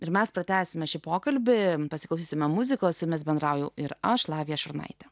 ir mes pratęsime šį pokalbį pasiklausysime muzikos mes bendraujame ir aš lavija šurnaitė